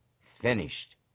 finished